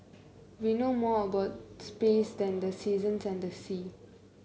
we know more about space than the seasons and the sea